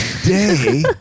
today